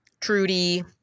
Trudy